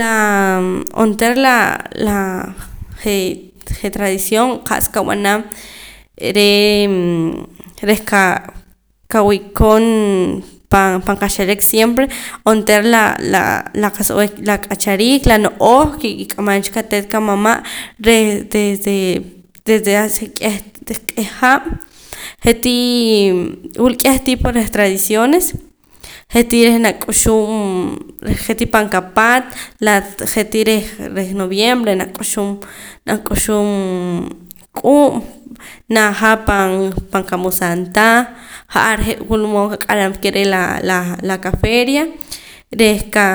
La onteera laa la je' je' tradición qa'sa qab'anam re' reh ka qawi'koon pan kaxelek siempre onteera laa la qa'sa b'eh la k'achariik la no'ooj ke kik'amam cha qate't qamama' reh desde desde hace k'eh ke'h haab' je'tii wul k'eh tipo reh tradiciones je'tii reh nak'uxum je'tii reh pan qapaat laa je'tii reh reh noviembre nak'uxum nak'uxum k'uub' naja pan pan kamusaan ta ja'ar je' wulmood qak'aram pa ke re' la la qaferia reh ka